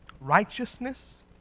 righteousness